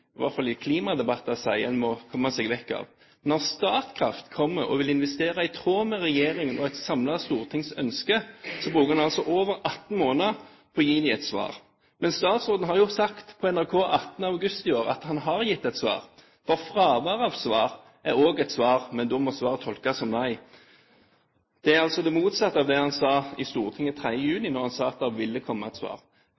hvert fall i klimadebatter sier en må komme seg vekk fra. Når Statkraft kommer og vil investere i tråd med regjeringens og et samlet stortings ønske, bruker en altså over 18 måneder på å gi dem et svar. Statsråden sa på NRK 18. august i år at han har gitt et svar. Fravær av svar er også et svar, men da må svaret tolkes som et nei. Det er altså det motsatte av det han sa i Stortinget